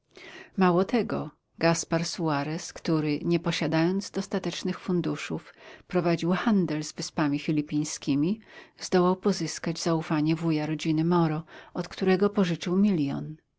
tego gaspar suarez który nie posiadając dostatecznych funduszów prowadził handel z wyspami filipińskimi zdołał pozyskać zaufanie wuja rodziny moro od którego pożyczył milion